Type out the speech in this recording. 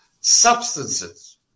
Substances